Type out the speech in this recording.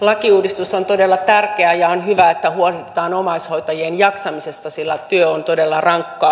lakiuudistus on todella tärkeä ja on hyvä että huolehditaan omaishoitajien jaksamisesta sillä työ on todella rankkaa